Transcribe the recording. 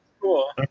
cool